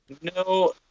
No